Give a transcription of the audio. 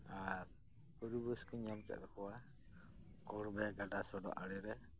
ᱟᱨ ᱯᱚᱨᱤᱵᱮᱥ ᱠᱚᱧ ᱧᱮᱞ ᱠᱮᱫ ᱛᱟᱠᱚᱣᱟ ᱠᱚᱲᱵᱮ ᱜᱟᱰᱟ ᱥᱚᱰᱚᱜ ᱟᱲᱮᱨᱮ